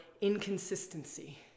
inconsistency